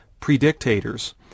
predictators